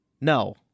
No